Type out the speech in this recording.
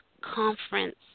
conference